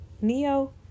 Neo